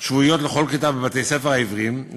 שבועיות לכל כיתה בבתי-הספר העבריים.